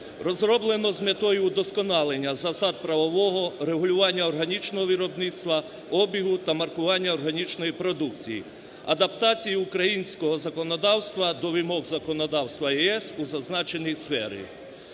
розроблено з метою вдосконалення засад правового регулювання органічного виробництва, обігу та маркування органічної продукції, адаптації українського законодавства до вимог законодавства ЄС у зазначеній сфері.